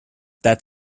that